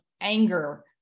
anger